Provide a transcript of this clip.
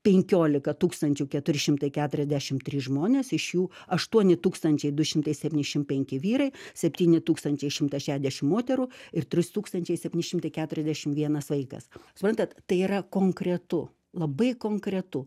penkiolika tūkstančių keturi šimtai keturiasdešim trys žmonės iš jų aštuoni tūkstančiai du šimtai septyniasdešim penki vyrai septyni tūkstančiai šimtas šedešim moterų ir tris tūkstančiai septyni šimtai keturiasdešim vienas vaikas suprantat tai yra konkretu labai konkretu